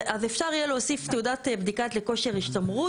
אז אפשר יהיה להוסיף תעודת בדיקה לכושר השתמרות.